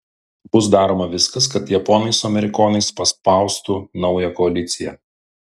bus daroma viskas kad japonai su amerikonais paspaustų naują koaliciją